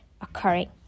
occurring